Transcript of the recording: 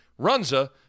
Runza